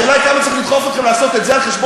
השאלה היא עד כמה צריך לדחוף אתכם לעשות את זה על חשבון